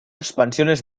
expansiones